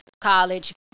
college